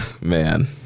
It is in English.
Man